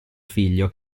figlio